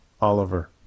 Oliver